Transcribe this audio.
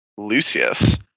lucius